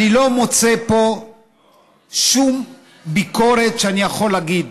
אני לא מוצא פה שום ביקורת שאני יכול להגיד.